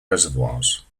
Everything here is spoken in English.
reservoirs